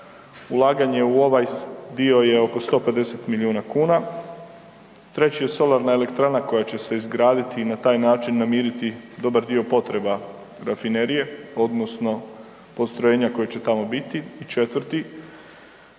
ulaganje u ovaj dio je oko 150 milijuna kuna. Treći je solarna elektrana koja će se izgraditi i na taj način namiriti dobar dio potreba rafinerije odnosno postrojenja koje će tamo biti. I četvrti,